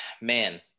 man